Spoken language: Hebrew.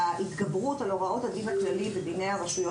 ההתגברות על הוראות הדין הכללי ודיני הרשויות